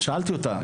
שאלתי אותה,